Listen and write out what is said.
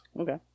Okay